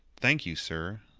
thank you, sir,